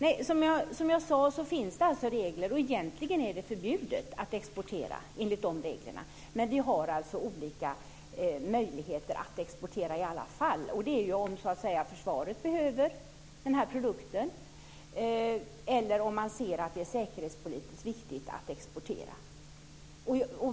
Fru talman! Som jag sade finns det regler. Egentligen är det förbjudet att exportera, enligt de reglerna, men vi har olika möjligheter att exportera i alla fall. Det har vi om försvaret behöver den här produkten eller om man anser att det är säkerhetspolitiskt viktigt att exportera.